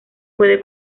puede